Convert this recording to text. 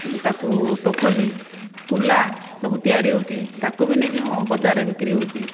ତାକୁ ଟୋକଲି କୁଲା ସବୁ ତିଆରି ହେଉଛି ତାକୁ ବି ନେଇକି ବଜାରରେ ବିକ୍ରି ହେଉଛି